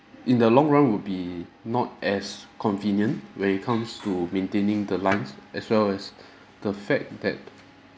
in the long run will be not as convenient when it comes to maintaining the lines as well as the fact that